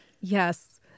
Yes